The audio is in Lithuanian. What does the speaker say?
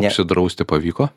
nesidrausti pavyko